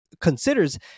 considers